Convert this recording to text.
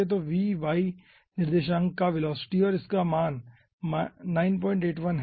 तो v y निर्देशांक का वेलोसिटी है और इसका मान 981 है